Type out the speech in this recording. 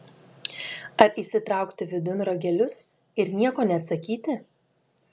ar įsitraukti vidun ragelius ir nieko neatsakyti